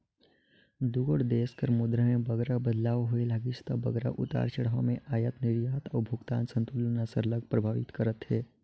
दुगोट देस कर मुद्रा में बगरा बदलाव होए लगिस ता बगरा उतार चढ़ाव में अयात निरयात अउ भुगतान संतुलन ल सरलग परभावित करथे